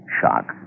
Shock